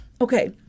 Okay